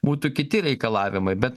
būtų kiti reikalavimai bet